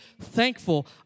thankful